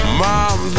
mom